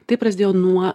tai prasidėjo nuo